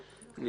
אבל, לא